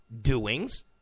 doings